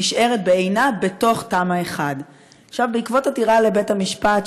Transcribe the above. נשארת בעינה בתוך תמ"א 1. בעקבות עתירה לבית-המשפט,